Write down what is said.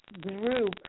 group